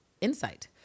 insight